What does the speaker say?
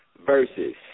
versus